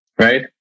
right